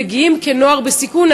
מגיעים כנוער בסיכון,